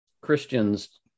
Christians